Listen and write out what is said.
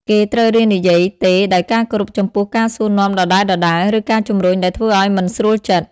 គេត្រូវរៀននិយាយ ទេ ដោយការគោរពចំពោះការសួរនាំដដែលៗ ឬការជំរុញដែលធ្វើឲ្យមិនស្រួលចិត្ត ។